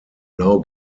now